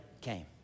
came